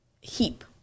heap